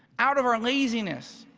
out of our laziness,